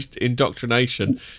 indoctrination